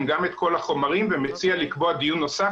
גם את כל החומרים ומציע לקבוע דיון נוסף,